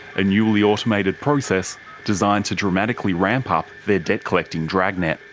a newly automated process designed to dramatically ramp up their debt collecting dragnet.